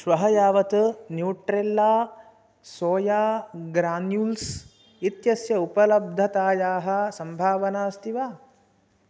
श्वः यावत् Nutrela soya granules इत्यस्य उपलब्धतायाः सम्भावना अस्ति वा